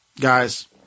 guys